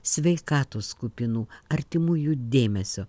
sveikatos kupinų artimųjų dėmesio